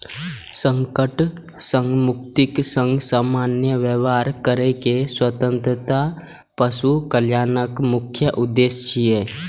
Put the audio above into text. संकट सं मुक्तिक संग सामान्य व्यवहार करै के स्वतंत्रता पशु कल्याणक मुख्य उद्देश्य छियै